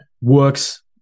works